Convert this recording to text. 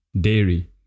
dairy